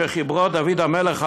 שחיברוֹ דוד המלך,